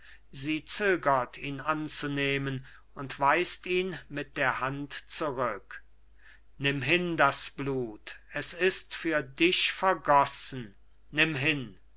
sie zögert ihn anzunehmen und weist ihn mit der hand zurück nimm hin das blut es ist für dich vergossen nimm hin